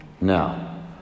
now